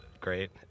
great